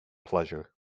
pleasure